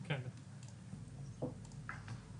תחת פיקוחנו.